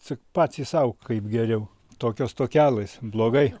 tik patys sau kaip geriau tokios tokelės blogai